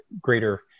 greater